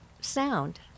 sound